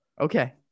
okay